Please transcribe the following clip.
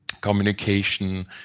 communication